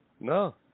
No